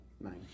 Nine